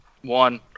one